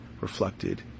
reflected